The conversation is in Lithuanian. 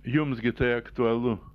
jums gi tai aktualu